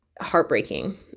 heartbreaking